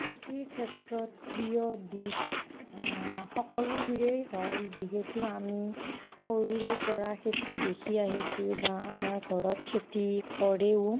কৃষিৰ ক্ষেত্ৰত প্ৰিয় দিশ সকলোবোৰেই হয় যিহেতু আমি সৰুৰে পৰা খেতি দেখি আহিছোঁ বা আমাৰ ঘৰত খেতি কৰেও